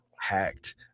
hacked